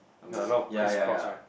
ya a lot of criss cross right